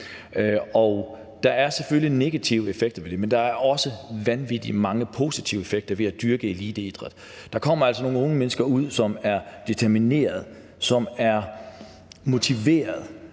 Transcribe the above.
der er selvfølgelig negative effekter ved det, men der er også vanvittig mange positive effekter ved at dyrke eliteidræt. Der kommer altså nogle unge mennesker ud, som er determinerede, som er motiverede,